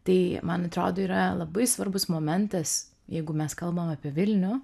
tai man atrodo yra labai svarbus momentas jeigu mes kalbam apie vilnių